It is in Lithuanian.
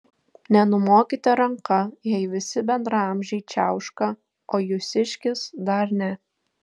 nenumokite ranka jei visi bendraamžiai čiauška o jūsiškis dar ne